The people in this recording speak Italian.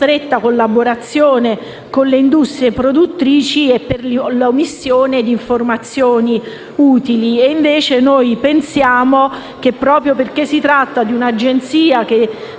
collaborazione con le industrie produttrici e l'omissione di informazioni utili. Noi pensiamo che, proprio perché si tratta di un'Agenzia che